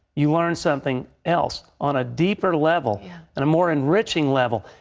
you learn something else on a deeper level and more enriching level.